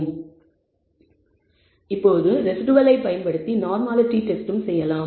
இப்போது ரெஸிடுவலை பயன்படுத்தி நார்மாலிட்டி டெஸ்டும் செய்யலாம்